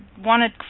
wanted